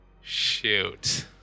Shoot